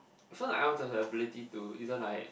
so like I want to have the ability to either like